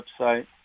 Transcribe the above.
website